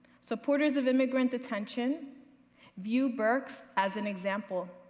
supporters of immigrant detention view burkes as an example,